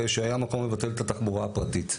הרי שהיה מקום לבטל את התחבורה הפרטית.